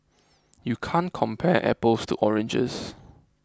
you can't compare apples to oranges